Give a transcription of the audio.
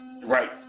Right